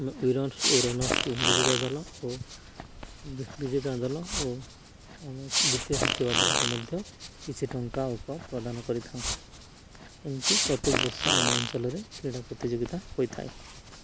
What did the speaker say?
ଓ ରନର୍ସକୁ ବିଜେତା ଦଳ ଓ ବିଜେତା ଦଳ ଓ ଆମେ ଦ୍ୱିତୀୟ ଜିତିବା ଦଳକୁ ମଧ୍ୟ କିଛି ଟଙ୍କା କପ୍ ପ୍ରଦାନ କରିଥାଉ ଏମିତି ପ୍ରତ୍ୟେକ ବର୍ଷ ଆମ ଅଞ୍ଚଳରେ କ୍ରୀଡ଼ା ପ୍ରତିଯୋଗିତା ହୋଇଥାଏ